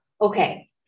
Okay